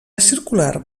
circular